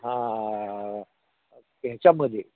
हां ह्याच्यामध्ये